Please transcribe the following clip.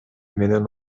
менен